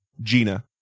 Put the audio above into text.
gina